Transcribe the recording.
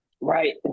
Right